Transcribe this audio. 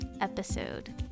episode